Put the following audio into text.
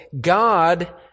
God